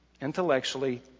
Intellectually